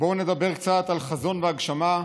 בואו נדבר קצת על חזון והגשמה.